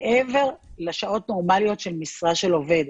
מעבר לשעות נורמליות של משרה של עובד.